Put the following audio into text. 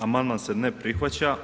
Amandman se ne prihvaća.